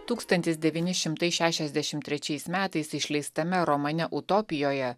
tūkstantis devyni šimtai šešiasdešimt trečiais metais išleistame romane utopijoje